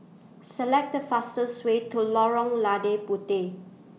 Select The fastest Way to Lorong Lada Puteh